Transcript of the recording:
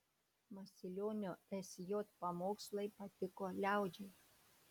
masilionio sj pamokslai patiko liaudžiai